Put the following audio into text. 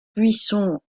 buisson